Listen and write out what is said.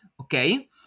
okay